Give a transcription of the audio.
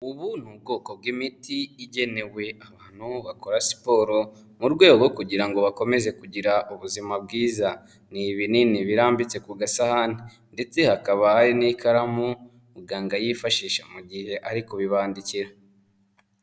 Ubu ni ubwoko bw'imiti igenewe abantu bakora siporo mu rwego rwo kugira ngo bakomeze kugira ubuzima bwiza. Ni ibinini birambitse ku gasahane ndetse hakaba hari n'ikaramu muganga yifashisha mu gihe ari kubibandikira.